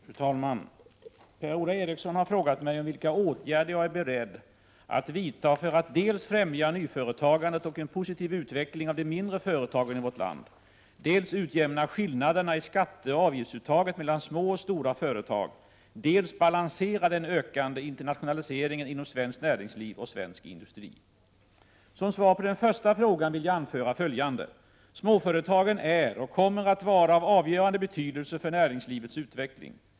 Fru talman! Per-Ola Eriksson har frågat mig vilka åtgärder jag är beredd att vidta för att dels främja nyföretagandet och en positiv utveckling av de mindre företagen i vårt land, dels utjämna skillnaderna i skatteoch avgiftsuttaget mellan små och stora företag, dels balansera den ökande internationaliseringen inom svenskt näringsliv och svensk industri. Som svar på den första frågan vill jag anföra följande. Småföretagen är och kommer att vara av avgörande betydelse för näringslivets utveckling.